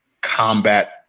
combat